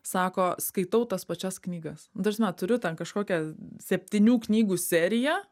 sako skaitau tas pačias knygas nu ta prasme turiu ten kažkokią septynių knygų seriją